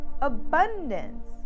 Abundance